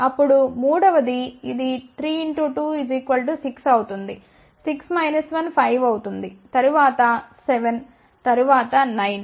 అప్పుడు మూడవ ది ఇది 3 2 6 అవుతుంది 6 మైనస్ 1 5 అవుతుంది తరువాత 7 తరువాత 9